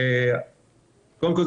קודם כול,